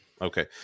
Okay